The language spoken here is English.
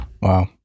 Wow